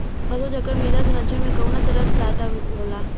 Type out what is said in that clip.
फसल चक्रण मृदा संरक्षण में कउना तरह से सहायक होला?